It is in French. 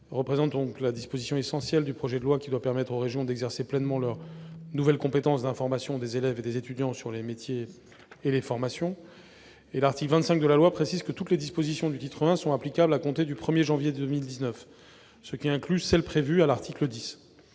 est la disposition essentielle du projet de loi qui doit permettre aux régions d'exercer pleinement leurs nouvelles compétences d'information des élèves et des étudiants sur les métiers et les formations. L'article 25 du texte précise que toutes les dispositions du titre I, ce qui inclut celles prévues à l'article 10,